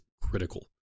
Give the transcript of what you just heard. critical